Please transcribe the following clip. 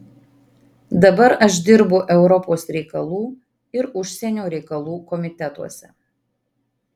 dabar aš dirbu europos reikalų ir užsienio reikalų komitetuose